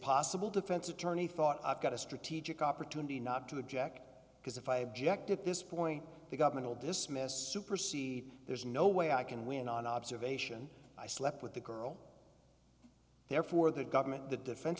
possible defense attorney thought i've got a strategic opportunity not to object because if i object at this point the government will dismiss supersede there's no way i can win an observation i slept with the girl therefore the government the defen